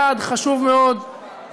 יעד חשוב מאוד,